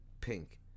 pink